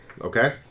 Okay